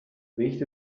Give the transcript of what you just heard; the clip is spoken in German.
riecht